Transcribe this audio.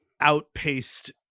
outpaced